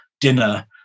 dinner